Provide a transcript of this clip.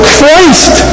Christ